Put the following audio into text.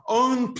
own